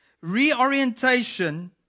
reorientation